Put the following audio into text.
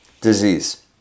disease